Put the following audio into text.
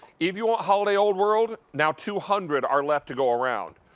if you want holiday old world, now two hundred are left to go around.